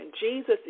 Jesus